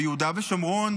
ביהודה ושומרון,